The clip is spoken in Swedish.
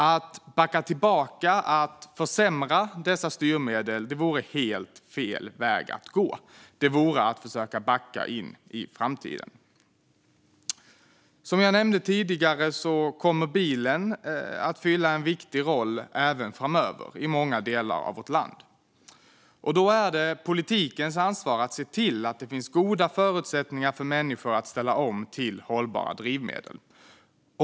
Att backa tillbaka och försämra dessa styrmedel vore helt fel väg att gå. Det vore att försöka backa in i framtiden. Som jag nämnde tidigare kommer bilen att fylla en viktig roll även framöver i många delar av vårt land. Då är det politikens ansvar att se till att det finns goda förutsättningar för människor att ställa om till hållbara drivmedel.